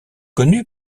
connu